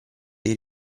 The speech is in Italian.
dei